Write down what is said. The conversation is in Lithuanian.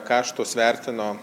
kaštus vertino